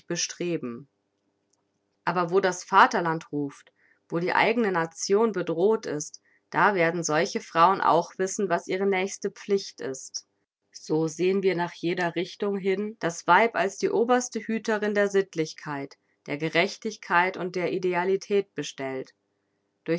bestreben aber wo das vaterland ruft wo die eigne nation bedroht ist da werden solche frauen auch wissen was ihre nächste pflicht ist so sehen wir nach jeder richtung hin das weib als die oberste hüterin der sittlichkeit der gerechtigkeit und der idealität bestellt